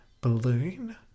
balloon